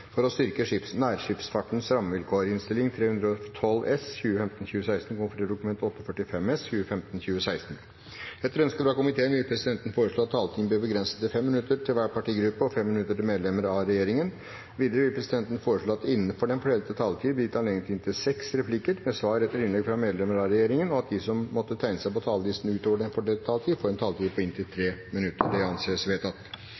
minutter til medlem av regjeringen. Videre vil presidenten foreslå at det – innenfor den fordelte taletid – blir gitt anledning til inntil seks replikker med svar etter innlegg fra medlemmer av regjeringen, og at de som måtte tegne seg på talerlisten utover den fordelte taletid, får en taletid på inntil 3 minutter. – Det anses vedtatt.